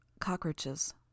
Cockroaches